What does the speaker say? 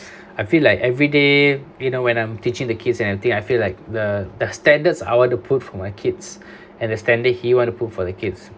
I feel like everyday you know when I'm teaching the kids and I think I feel like the the standards I want to put for my kids and the standard he want to put for the kids